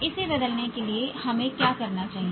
इसे बदलने के लिए हमें क्या करना चाहिए